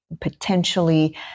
potentially